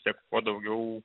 tiek kuo daugiau